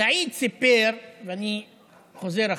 סעיד סיפר, ואני חוזר אחריו,